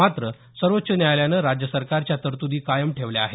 मात्र सर्वोच्च न्यायालयानं राज्य सरकारच्या तर्तुदी कायम ठेवल्या आहेत